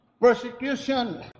persecution